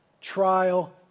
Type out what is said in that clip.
trial